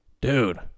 dude